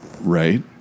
Right